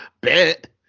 Bet